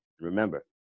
Remember